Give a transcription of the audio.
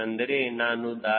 ಅಂದರೆ ಏನು ದಾರಿ